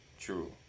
True